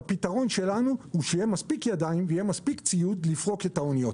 הפתרון שלנו הוא שיהיה מספיק ידיים ויהיה מספיק ציוד לפרוק את האניות.